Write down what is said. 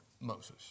Moses